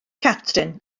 catrin